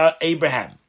Abraham